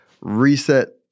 reset